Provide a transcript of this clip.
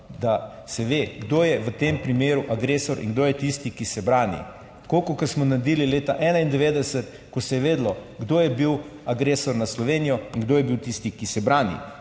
da se ve, kdo je v tem primeru agresor in kdo je tisti, ki se brani. Tako kot smo naredili leta 1991, ko se je vedelo, kdo je bil agresor na Slovenijo in kdo je bil tisti, ki se brani.